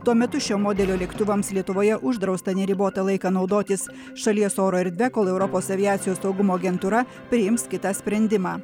tuo metu šio modelio lėktuvams lietuvoje uždrausta neribotą laiką naudotis šalies oro erdve kol europos aviacijos saugumo agentūra priims kitą sprendimą